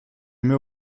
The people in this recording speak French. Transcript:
mets